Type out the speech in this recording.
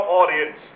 audience